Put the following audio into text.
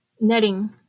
netting